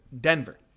Denver